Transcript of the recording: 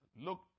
look